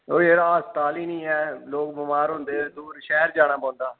ओह् यरा अस्पताल ई नेईं ऐ लोग बमार होंदे ते दूर शैह्र जाना पौंदा